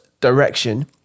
direction